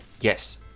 Yes